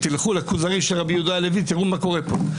תלכו ל"הכוזרי" של רבי יהודה הלוי ותראו מה קורה פה.